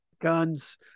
guns